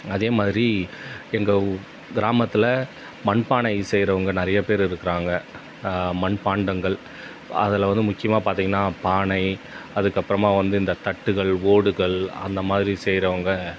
அதே மாதிரி எங்கள் கிராமத்தில் மண்பானை செய்கிறவுங்க நிறைய பேர் இருக்கிறாங்க மண்பாண்டங்கள் அதில் வந்து முக்கியமாக பார்த்தீங்கன்னா பானை அதுக்கப்புறமா வந்து இந்த தட்டுகள் ஓடுகள் அந்த மாதிரி செய்கிவுங்க